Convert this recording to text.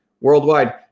worldwide